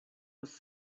was